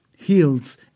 Heals